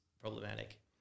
problematic